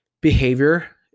behavior